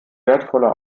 wertvoller